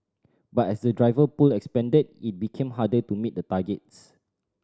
but as the driver pool expanded it became harder to meet the targets